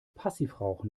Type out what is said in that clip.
passivrauchen